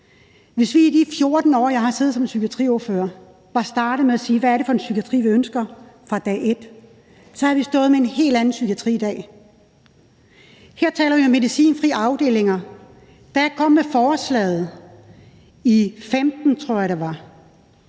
Hvis vi i de 14 år, jeg har siddet som psykiatriordfører, var startet med at beslutte, hvad det er for en psykiatri, vi ønsker – altså lige fra dag et – så havde vi stået med en helt anden psykiatri i dag. Her taler vi om medicinfri afdelinger. Da jeg kom med forslaget – i 2015, tror jeg det var